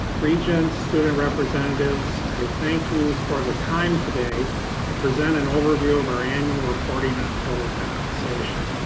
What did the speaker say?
regents, student representatives, i thank you for the time today to present an overview of our annual reporting on total compensation.